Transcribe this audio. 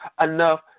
enough